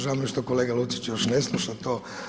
Žao mi je što kolega Lucić još ne sluša to.